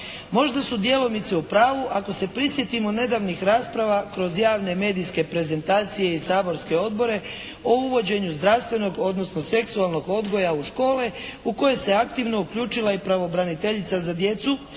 Možda su djelomice u pravu ako se prisjetimo nedavnih rasprava kroz javne medijske prezentacije i saborske odbore o uvođenju zdravstvenog, odnosno seksualnog odgoja u škole u koje se aktivno uključila i pravobranitelja za djecu